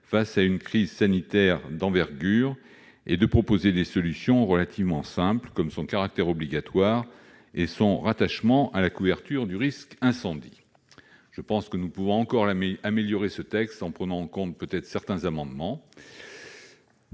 face à une crise sanitaire d'envergure et de proposer des solutions relativement simples, comme son caractère obligatoire et son rattachement à la couverture du risque incendie. Je pense que nous pouvons encore améliorer ce texte en prenant en compte certains amendements.